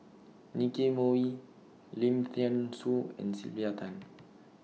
Nicky Moey Lim Thean Soo and Sylvia Tan